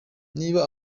niba